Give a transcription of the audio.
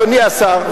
אדוני השר,